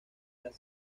las